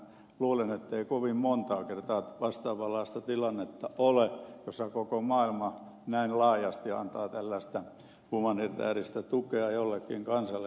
minä luulen ettei kovin montaa kertaa vastaavanlaista tilannetta ole jossa koko maailma näin laajasti antaa tällaista humanitääristä tukea jollekin kansalle